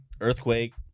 Earthquake